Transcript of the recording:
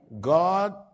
God